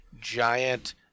giant